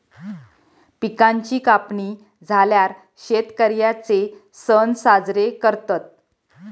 पिकांची कापणी झाल्यार शेतकर्यांचे सण साजरे करतत